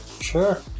Sure